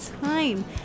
time